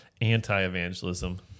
anti-evangelism